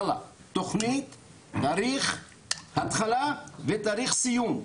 צריך התחלה ותאריך סיום.